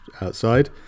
outside